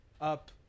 up